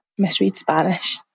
misreadspanish